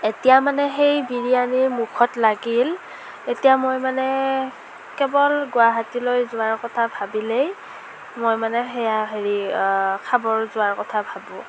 এতিয়া মানে সেই বিৰিয়ানী মুখত লাগিল এতিয়া মই মানে কেৱল গুৱাহাটীলৈ যোৱাৰ কথা ভাবিলেই মই মানে সেয়া হেৰি খাবৰ যোৱা কথা ভাবোঁ